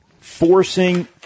forcing